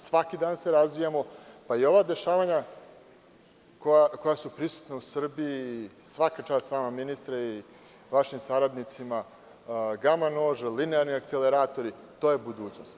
Svaki dan se razvijamo, pa i ova dešavanja koja su prisutna u Srbiji, svaka čast vama ministre i vašim saradnicima, gama-nož, linearni akceleratori, to je budućnost.